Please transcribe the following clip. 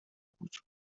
بود